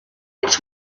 its